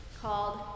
called